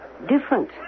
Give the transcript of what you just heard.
different